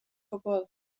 cwbl